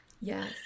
Yes